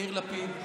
יאיר לפיד,